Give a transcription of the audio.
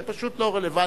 זה פשוט לא רלוונטי.